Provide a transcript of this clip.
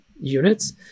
units